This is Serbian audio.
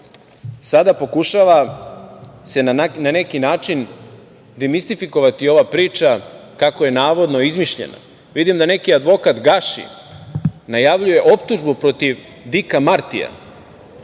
sada pokušava na neki način demistifikovati ova priča kako je navodno izmišljena. Vidim da neki advokat Gaši najavljuje optužbu protiv Dika Martija